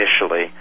initially